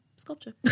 sculpture